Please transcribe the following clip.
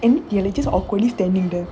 and then they are just awkwardly standing there